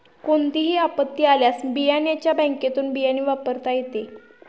कोणतीही आपत्ती आल्यास बियाण्याच्या बँकेतुन बियाणे वापरता येते